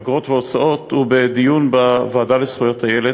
אגרות והוצאות הוא בדיון בוועדה לזכויות הילד